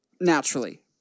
naturally